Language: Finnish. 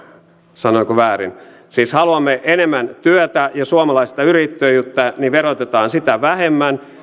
sanoinko väärin siis kun haluamme enemmän työtä ja suomalaista yrittäjyyttä niin verotetaan sitä vähemmän